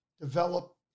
develop